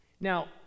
Now